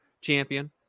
champion